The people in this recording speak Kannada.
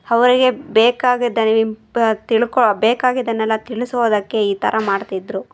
ಅವ್ರಿಗೆ ಬೇಕಾಗಿದ್ದಲ್ಲಿ ಬ್ ತಿಳ್ಕೋ ಬೇಕಾಗಿದ್ದನ್ನೆಲ್ಲ ತಿಳಿಸೋದಕ್ಕೆ ಈ ಥರ ಮಾಡ್ತಿದ್ದರು